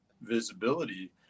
visibility